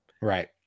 Right